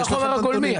זה הגולמי.